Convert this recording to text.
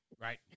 Right